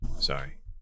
sorry